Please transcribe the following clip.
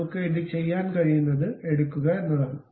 നമ്മുക്ക് ഇത് ചെയ്യാൻ കഴിയുന്നത് എടുക്കുക എന്നതാണ്